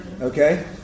Okay